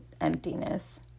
emptiness